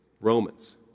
Romans